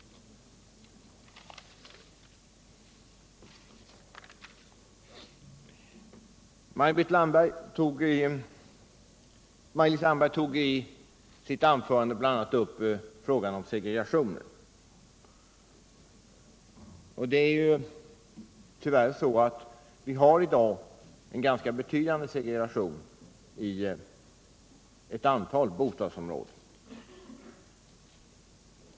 Maj-Lis Landberg tog i sitt anförande bl.a. upp frågan om segregationen. Det är tyvärr så att vi i dag har en ganska betydande segregation i ett antal bostadsområden.